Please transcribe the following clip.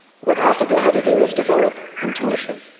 what alphago had to do was develop intuition.